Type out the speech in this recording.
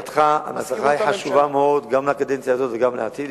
המלצתך חשובה מאוד גם לקדנציה הזאת וגם לעתיד.